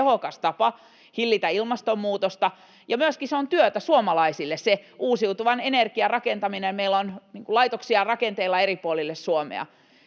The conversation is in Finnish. se on tehokas tapa hillitä ilmastonmuutosta, ja myöskin se on työtä suomalaisille, se uusiutuvan energian rakentaminen. Meillä on laitoksia rakenteilla eri puolille Suomea.